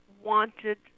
wanted